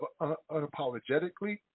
Unapologetically